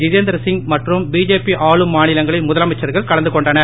திதேந்திர சிங் மற்றும் பிஜேபி ஆளும் மாநிலங்களின் முதலமைச்சர்கள் கலந்து கொண்டனர்